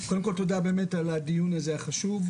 קודם כל תודה באמת על הדיון הזה החשוב,